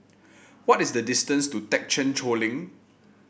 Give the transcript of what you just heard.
what is the distance to Thekchen Choling